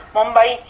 Mumbai